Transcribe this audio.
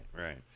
right